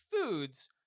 foods